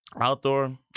outdoor